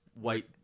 white